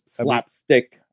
slapstick